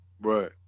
Right